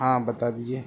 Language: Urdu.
ہاں بتا دیجیے